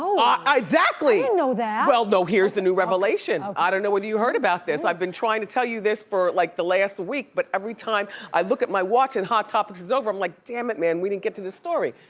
ah i didn't and know that. well, no, here's the new revelation. i don't know whether you heard about this. i've been tryin' to tell you this for like the last week but every time i look at my watch and hot topics is over, i'm like dammit man, we didn't get to the story.